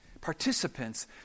Participants